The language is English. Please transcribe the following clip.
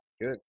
Good